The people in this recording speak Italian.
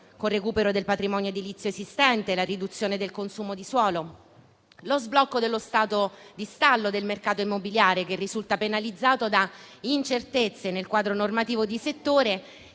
con il recupero del patrimonio edilizio esistente e la riduzione del consumo di suolo, lo sblocco dello stato di stallo del mercato immobiliare, che risulta penalizzato da incertezze nel quadro normativo di settore